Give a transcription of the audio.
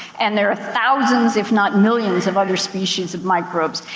and there are thousands, if not millions, of other species of microbes.